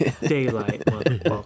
Daylight